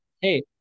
hey